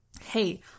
hey